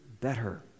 better